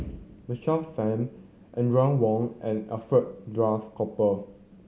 Michael Fam Audrey Wong and Alfred Duff Cooper